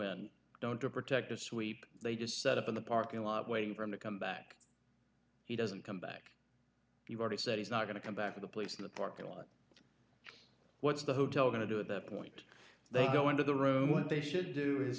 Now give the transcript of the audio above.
in don't to protect a sweep they just set up in the parking lot waiting for him to come back he doesn't come back you've already said he's not going to come back to the police the parking lot what's the hotel going to do it that point they go into the room what they should do is